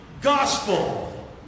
Gospel